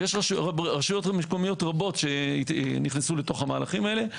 ויש רשויות מקומיות רבות שנכנסו לתוך המהלכים האלה.